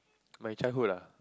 my childhood ah